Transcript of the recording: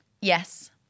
Yes